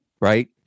right